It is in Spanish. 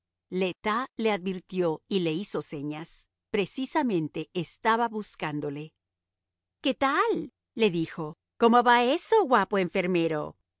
tas le advirtió y le hizo señas precisamente estaba buscándole qué tal le dijo cómo va eso guapo enfermero